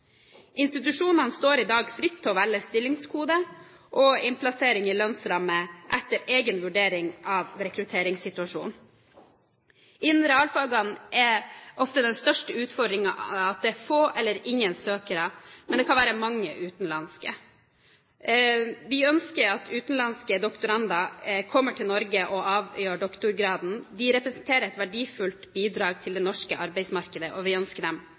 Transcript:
Institusjonene står i dag fritt til å velge stillingskode og innplassering i lønnsramme etter egen vurdering av rekrutteringssituasjonen. Innen realfagene er ofte den største utfordringen at det er få eller ingen norske søkere, men det kan være mange utenlandske. Vi ønsker at utenlandske doktorander kommer til Norge og avlegger doktorgraden. De representerer et verdifullt bidrag til det norske arbeidsmarkedet, og vi ønsker dem